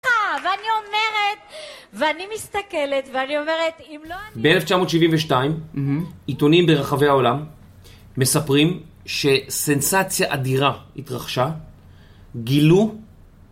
ואני אומרת, ואני מסתכלת, ואני אומרת, אם לא אני... ב1972 עיתונים ברחבי העולם מספרים שסנסציה אדירה התרחשה גילו..